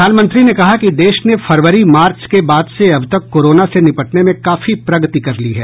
प्रधानमंत्री ने कहा कि देश ने फरवरी मार्च के बाद से अब तक कोरोना से निपटने में काफी प्रगति कर ली है